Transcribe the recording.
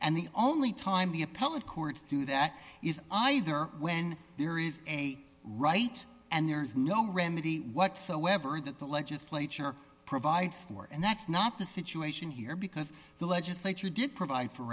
and the only time the appellate courts do that is either when there is a right and there is no remedy whatsoever that the legislature provide for and that's not the situation here because the legislature did provide for